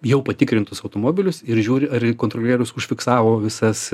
jau patikrintus automobilius ir žiūri ar į kontrolierius užfiksavo visas